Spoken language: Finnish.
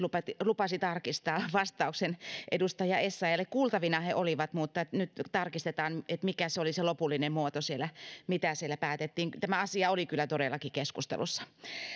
lupasi tarkistaa vastauksen edustaja essayahille kuultavina he olivat mutta nyt tarkistetaan mikä oli se lopullinen muoto mitä siellä päätettiin tämä asia oli kyllä todellakin keskustelussa